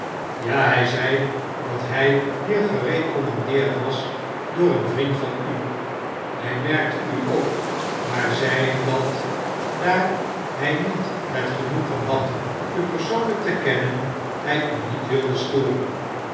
ja hy zei dat hy hier gerecommandeerd was door een vriend van u hy merkte u op y maar zeide dat daar hy niet het genoegenfv had u persoonlyk te kennen hy u niet wilde storen